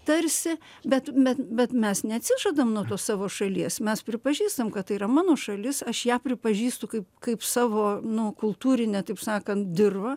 tarsi bet bet bet mes neatsižadam nuo to savo šalies mes pripažįstam kad tai yra mano šalis aš ją pripažįstu kaip kaip savo nu kultūrinę taip sakant dirvą